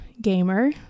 gamer